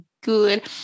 good